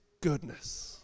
goodness